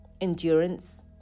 endurance